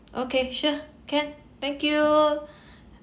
okay sure can thank you